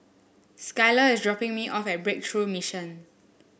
Skyla is dropping me off at Breakthrough Mission